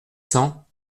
cents